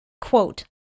quote